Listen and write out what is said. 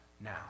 now